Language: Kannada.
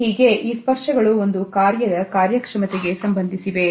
ಹೀಗೆ ಈ ಸ್ಪರ್ಶಗಳು ಒಂದು ಕಾರ್ಯದ ಕಾರ್ಯಕ್ಷಮತೆಗೆ ಸಂಬಂಧಿಸಿವೆ